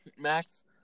Max